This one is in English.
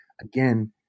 again